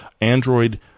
Android